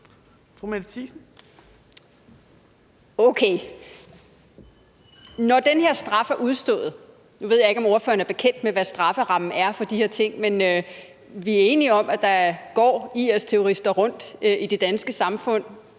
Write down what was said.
Mette Thiesen (NB): Okay. Nu ved jeg ikke, om ordføreren er bekendt med, hvad strafferammen for de her ting er, men vi er enige om, at der går IS-terrorister rundt i det danske samfund